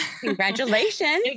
Congratulations